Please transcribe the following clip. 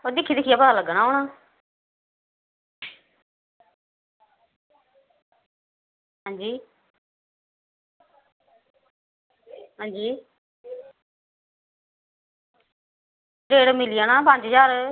हंजी दिक्खी दिक्खियै पता लग्गनां हून हंजी हां जी सवेरै मिली जाना पंज ज्हार